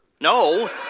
No